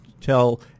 tell